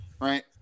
right